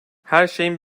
herşeyin